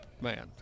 man